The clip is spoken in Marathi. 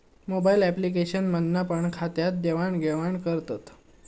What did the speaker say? मोबाईल अॅप्लिकेशन मधना पण खात्यात देवाण घेवान करतत